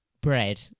bread